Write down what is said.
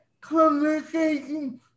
conversation